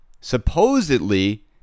supposedly